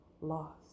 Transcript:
lost